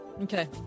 Okay